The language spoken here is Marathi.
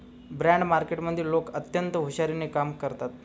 बाँड मार्केटमधले लोक अत्यंत हुशारीने कामं करतात